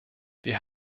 wir